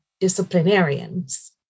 disciplinarians